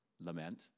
lament